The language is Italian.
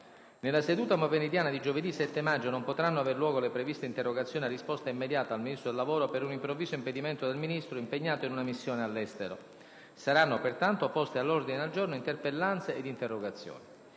Nella seduta pomeridiana di giovedì 7 maggio non potranno aver luogo le previste interrogazioni a risposta immediata al Ministro del lavoro per un improvviso impedimento del Ministro, impegnato in una missione all'estero. Saranno pertanto poste all'ordine del giorno interpellanze e interrogazioni.